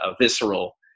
visceral